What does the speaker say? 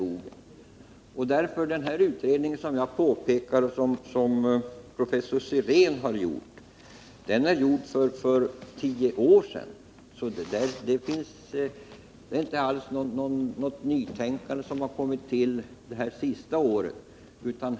Den av mig åberopade utredningen av professor Sirén gjordes för tio år sedan, så det handlar inte om något nytänkande under det senaste året.